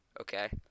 okay